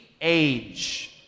age